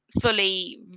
fully